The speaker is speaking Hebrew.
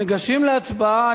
ניגשים להצבעה.